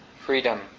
freedom